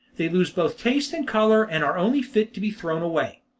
they lose both taste and colour, and are only fit to be thrown away.